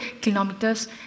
kilometers